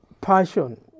passion